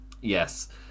Yes